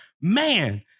man